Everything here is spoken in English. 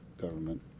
government